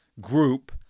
group